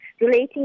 relating